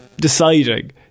deciding